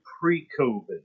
pre-COVID